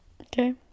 Okay